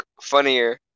funnier